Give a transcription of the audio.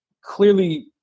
clearly